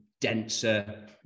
denser